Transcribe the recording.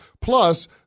Plus